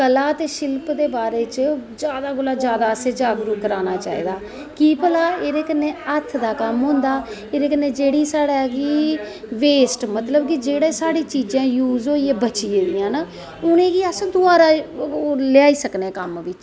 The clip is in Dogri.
कला ते शिल्प दे बारे च असें जादा कोला दा जादा जगाना चाही दा की भला एह्दे कन्नै हत्थ दा कम्म होंदा एह्दे कन्नै साढ़ी जेह्ड़ा कि बेस्ट जेह्ड़ा मतलव कि साढ़ा चीज़ां यूज़ होइयै बची जंदियां न उनेंगी अस दवारा लेआई सकने कम्म बिच्च